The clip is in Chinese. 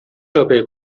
设备